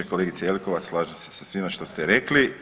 Kolegice Jelkovac slažem se sa svime što ste rekli.